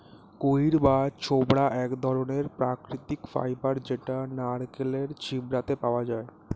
কইর বা ছোবড়া এক ধরণের প্রাকৃতিক ফাইবার যেটা নারকেলের ছিবড়েতে পাওয়া যায়